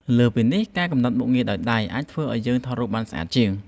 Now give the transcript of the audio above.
លើសពីនេះ ការកំណត់មុខងារដោយដៃ អាចធ្វើឱ្យយើងថតរូបបានស្អាតជាង។